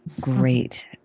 Great